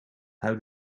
how